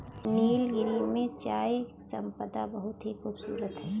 नीलगिरी में चाय संपदा बहुत ही खूबसूरत है